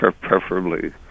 Preferably